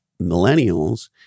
millennials